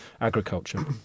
agriculture